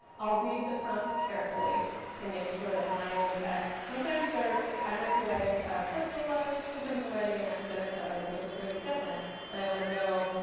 i'll read the prompt carefully to make sure that i am, in fact sometimes i might be writing a personal letter. sometimes i'm writing an academic letter. those are very different and i want to know,